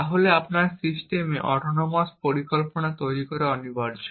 তাহলে আপনার সিস্টেমে অটোনোমাস পরিকল্পনা তৈরি করা অনিবার্য